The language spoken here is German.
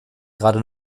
gerade